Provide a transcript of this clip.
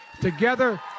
Together